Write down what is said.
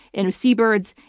in sea birds,